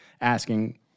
asking